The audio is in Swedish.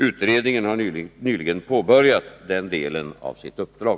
Utredningen har nyligen påbörjat denna del av sitt uppdrag.